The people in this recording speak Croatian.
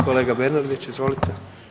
Kolega Bernardić, izvolite.